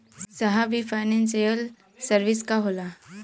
साहब इ financial service का होला?